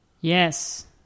Yes